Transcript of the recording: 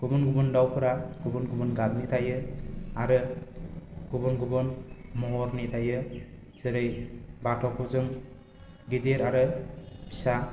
गुबुन गुबुन दावफोरा गुबुन गुबुन गाबनि थायो आरो गुबुन गुबुन महरनि थायो जेरै बाथ'खौ जों गिदिर आरो फिसा